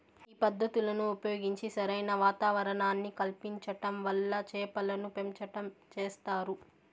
ఈ పద్ధతులను ఉపయోగించి సరైన వాతావరణాన్ని కల్పించటం వల్ల చేపలను పెంచటం చేస్తారు